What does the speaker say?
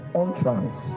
entrance